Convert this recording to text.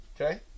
Okay